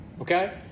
okay